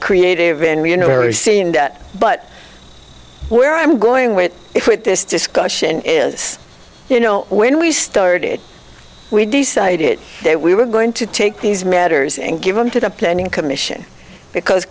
creative and we you know very seen that but where i'm going with it this discussion is you know when we started we decided that we were going to take these matters and give them to the planning commission because